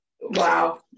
Wow